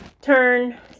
Turn